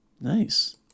Nice